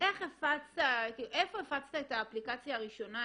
איפה הפצת את האפליקציה הראשונה,